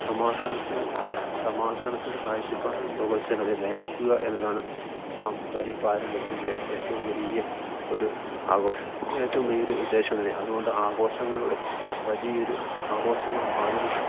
സമാധാനത്തിന് സമാധാനത്തിൻ്റെ കാഴ്ചപ്പാടിൽ ലോകജനതയെ നയിക്കുക എന്നതാണ് സാംസ്കാരിക പാരമ്പര്യത്തിൻ്റെ ഏറ്റവും വലിയ ഒരു ആഘോഷം ഏറ്റവും വലിയ ഒരു ഉദ്ദേശം തന്നെ അതുകൊണ്ട് ആഘോഷങ്ങളുടെ വലിയ ഒരു ആഘോഷങ്ങളും ആദരിക്കും